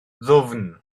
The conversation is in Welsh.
ddwfn